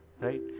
right